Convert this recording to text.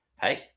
hey